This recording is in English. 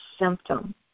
symptom